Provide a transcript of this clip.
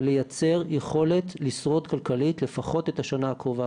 לייצר יכולת לשרוד כלכלית לפחות את השנה הקרובה,